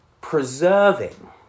preserving